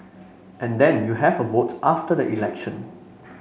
and then you have a vote after the election